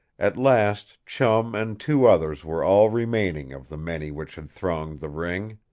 at last, chum and two others were all remaining of the many which had thronged the ring.